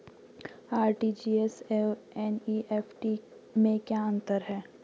RTGS एवं NEFT में क्या अंतर है?